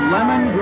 Lemon